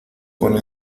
con